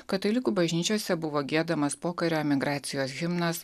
katalikų bažnyčiose buvo giedamas pokario emigracijos himnas